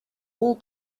all